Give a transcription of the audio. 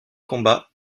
combats